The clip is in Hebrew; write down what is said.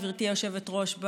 גברתי היושבת-ראש,